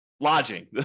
Lodging